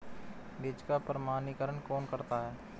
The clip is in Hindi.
बीज का प्रमाणीकरण कौन करता है?